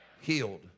healed